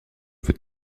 veux